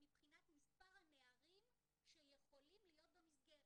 מבחינת מספר הנערים שיכולים להיות במסגרת.